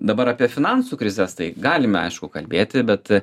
dabar apie finansų krizes tai galime aišku kalbėti bet